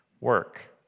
work